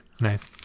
Nice